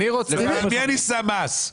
על מי אני שם מס?